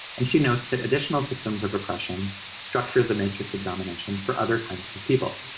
and she notes that additional systems of oppression structure the matrix of domination for other kinds of of people.